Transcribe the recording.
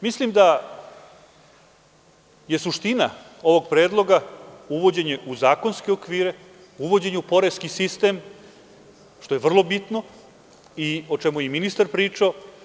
Mislim da je suština ovog predloga uvođenje u zakonske okvire, uvođenje u poreski sistem, što je vrlo bitno, o čemu je i ministar pričao.